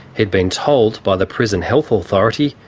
he'd been told by the prison health authority,